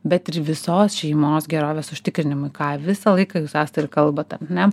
bet ir visos šeimos gerovės užtikrinimui ką visą laiką jūs asta ir kalbat ar ne